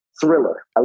thriller